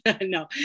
No